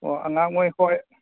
ꯑꯣ ꯑꯉꯥꯡꯍꯣꯏ ꯈꯣꯏ